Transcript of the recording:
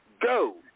go